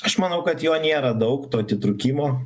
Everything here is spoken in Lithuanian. aš manau kad jo nėra daug to atitrūkimo